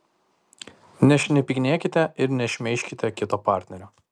nešnipinėkite ir nešmeižkite kito partnerio